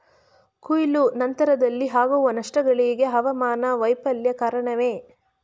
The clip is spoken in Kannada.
ಕೊಯ್ಲು ನಂತರದಲ್ಲಿ ಆಗುವ ನಷ್ಟಗಳಿಗೆ ಹವಾಮಾನ ವೈಫಲ್ಯ ಕಾರಣವೇ?